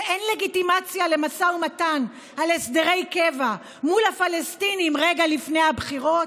שאין לגיטימציה למשא ומתן על הסדרי קבע מול הפלסטינים רגע לפני הבחירות?